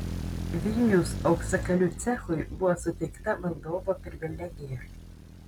vilniaus auksakalių cechui buvo suteikta valdovo privilegija